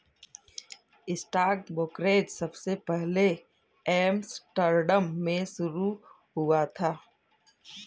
stock brokerage सबसे पहले Amsterdam में शुरू हुआ था